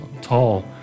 tall